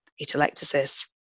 atelectasis